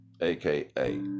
aka